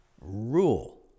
rule